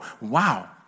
wow